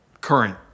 current